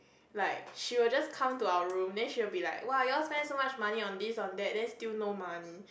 like she will just come to our room then she will be like !woah! you all spend so much money on this on that then still no money